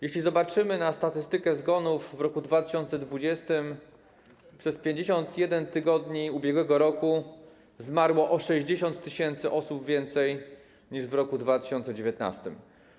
Jeśli spojrzymy na statystykę zgonów w roku 2020, to widzimy, że przez 51 tygodni ubiegłego roku zmarło o 60 tys. osób więcej niż w roku 2019.